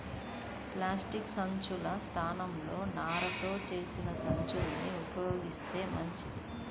plastic సంచుల స్థానంలో నారతో చేసిన సంచుల్ని ఉపయోగిత్తే మంచిది